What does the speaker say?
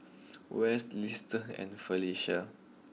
Wes Liston and Felicia